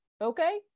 Okay